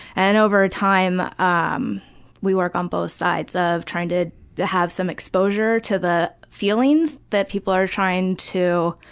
and over time, um we work on both sides of trying to to have some exposure to the feelings that people are trying to